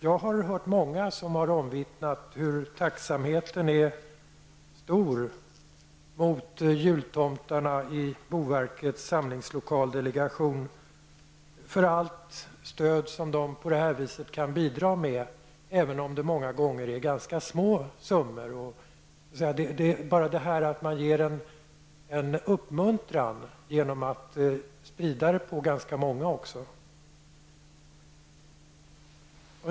Jag har hört många som har omvittnat att tacksamheten är stor mot jultomtarna i boverkets samlingslokalsdelegation för allt stöd som de på det här viset kan bidra med, även om det många gånger är ganska små summor. Bara att man ger en uppmuntran genom att sprida pengarna på ganska många uppfattas mycket positivt.